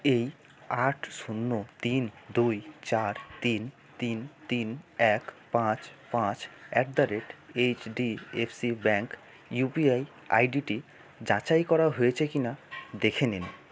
এই আট শূন্য তিন দুই চার তিন তিন তিন এক পাঁচ পাঁচ at the rate HDFC bank UPI আইডিটি যাচাই করা হয়েছে কিনা দেখে নিন